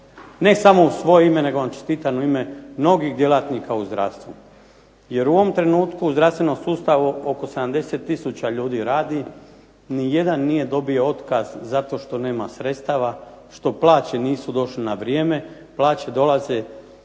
Ne samo u svoje ime nego vam čestitam u ime mnogih djelatnika u zdravstvu. Jer u ovom trenutku u zdravstvenom sustavu oko 70 tisuća ljudi radi, nijedan nije dobio otkaz zato što nema sredstava, što plaće nisu došle na vrijeme. Plaće dolaze,